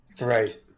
Right